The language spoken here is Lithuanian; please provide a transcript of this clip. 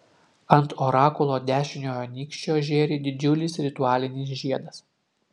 ant orakulo dešiniojo nykščio žėri didžiulis ritualinis žiedas